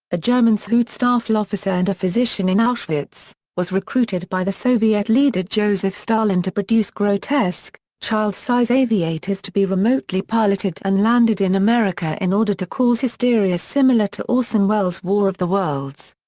a german so schutzstaffel officer and a physician in auschwitz, was recruited by the soviet leader joseph stalin to produce grotesque, child-size aviators to be remotely piloted and landed in america in order to cause hysteria similar to orson welles' war of the worlds.